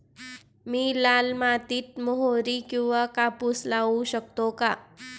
मी लाल मातीत मोहरी किंवा कापूस लावू शकतो का?